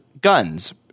guns